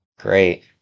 Great